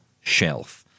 shelf